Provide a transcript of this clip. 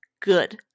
good